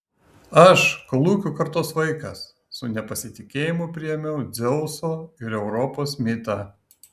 aš kolūkių kartos vaikas su nepasitikėjimu priėmiau dzeuso ir europos mitą